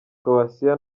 croatia